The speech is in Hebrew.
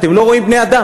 אתם לא רואים בני-אדם.